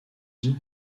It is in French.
vit